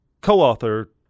Co-author